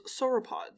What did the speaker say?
sauropods